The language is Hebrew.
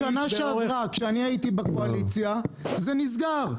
בשנה שעברה, כשאני הייתי בקואליציה, זה סגר.